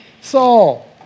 Saul